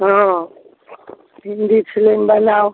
हँ हिन्दी फिल्म बनाउ